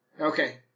Okay